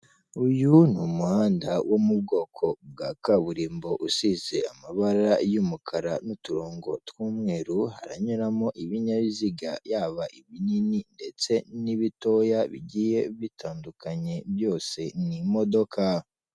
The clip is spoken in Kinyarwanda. Uyu ni umuhanda wo mu bwoko bwa kaburimbo usize amabara y'umukara n'uturongo tw'umweru, haranyuramo ibinyabiziga yaba ibinini ndetse n'ibitoya bigiye bitandukanye byose ni imodoka.